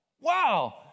wow